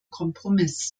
kompromiss